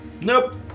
Nope